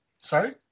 sorry